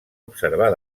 observar